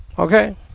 okay